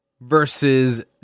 versus